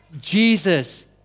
Jesus